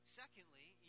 secondly